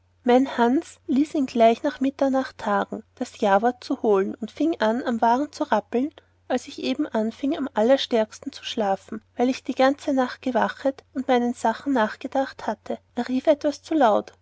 hans ließ ihm gleich nach mitternacht tagen das jawort zu holen und fieng an am wagen zu rappeln als ich eben anfieng am allerstärksten zu schlafen weil ich die ganze nacht gewachet und meinen sachen nachgedacht hatte er rief etwas zu laut